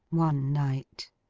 one night.